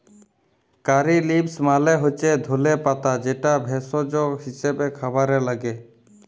কারী leaves মালে হচ্যে ধলে পাতা যেটা ভেষজ হিসেবে খাবারে লাগ্যে